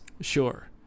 Sure